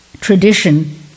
tradition